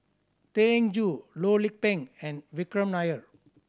Tan Eng Joo Loh Lik Peng and Vikram Nair